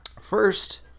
First